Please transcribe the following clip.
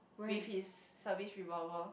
with his service revolver